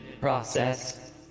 process